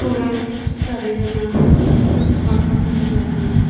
खौरां हिसाबै जोङो स्मार्ट फननि गेजेरजों